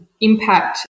impact